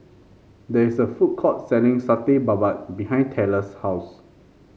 there is a food court selling Satay Babat behind Tella's house